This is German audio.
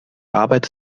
arbeit